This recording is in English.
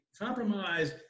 compromise